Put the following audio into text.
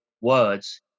words